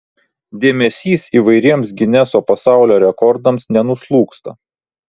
dėmesys įvairiems gineso pasaulio rekordams nenuslūgsta